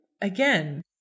again